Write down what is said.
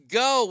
go